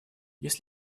есть